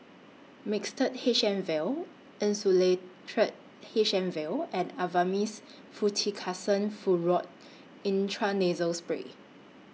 Mixtard H M Vial Insulatard H M Vial and Avamys Fluticasone Furoate Intranasal Spray